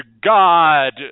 God